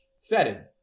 Fetid